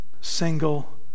single